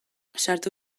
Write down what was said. sartu